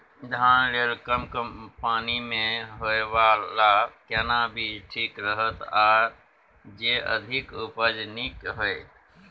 धान लेल कम पानी मे होयबला केना बीज ठीक रहत आर जे अधिक उपज नीक होय?